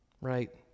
Right